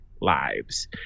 lives